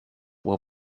will